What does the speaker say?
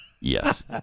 Yes